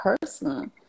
person